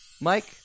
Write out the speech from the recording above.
Mike